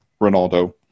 Ronaldo